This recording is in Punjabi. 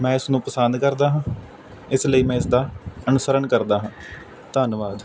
ਮੈਂ ਇਸ ਨੂੰ ਪਸੰਦ ਕਰਦਾ ਹਾਂ ਇਸ ਲਈ ਮੈਂ ਇਸਦਾ ਅਨੁਸਰਨ ਕਰਦਾ ਹਾਂ ਧੰਨਵਾਦ